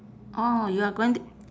orh you are going to